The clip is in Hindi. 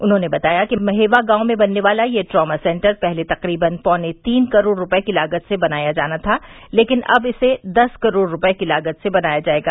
उन्होंने बताया कि महेवां गॉव में बनने वाला यह ट्रॉमा सेन्टर पहले तक्रीबन पौने तीन करोड़ रूपये की लागत से बनाया जाना था लेकिन अब इसे दस करोड़ रूपये की लागत से बनाया जायेगा